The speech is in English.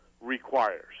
requires